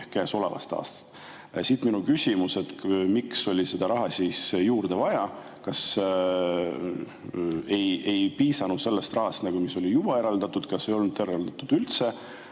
ehk käesolevast aastast. Siit minu küsimus. Miks oli seda raha juurde vaja? Kas ei piisanud sellest rahast, mis oli juba eraldatud, kas ei olnud eraldatud üldse